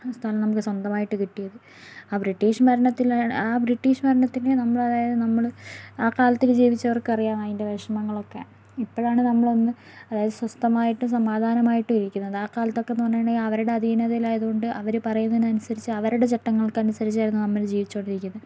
സ്ഥലം നമുക്ക് സ്വന്തമായിട്ട് കിട്ടിയത് ആ ബ്രിട്ടീഷ് ഭരണത്തിൽ ആ ബ്രിട്ടീഷ് ഭരണത്തിൽ നമ്മളേതായ നമ്മൾ ആ കാലത്തിൽ ജീവിച്ചവർക്കറിയാം അയിന്റെ വിഷമങ്ങളൊക്കെ ഇപ്പോഴാണ് നമ്മളൊന്ന് അതായത് സ്വസ്ഥമായിട്ടും സമാധാനമായിട്ടും ഇരിക്കുന്നത് ആ കാലത്തൊക്കെയെന്നു പറഞ്ഞിട്ടുണ്ടെങ്കിൽ അവരുടെ അധീനതയിലായതുകൊണ്ട് അവർ പറയുന്നതിനനുസരിച്ചു അവരുടെ ചട്ടങ്ങൾക്കനുസരിച്ചായിരുന്നു നമ്മൾ ജീവിച്ചുകൊണ്ടിരുന്നത്